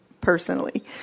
personally